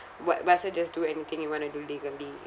what might as well just do anything you want to do legally